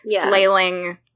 flailing –